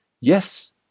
Yes